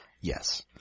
Yes